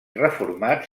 reformat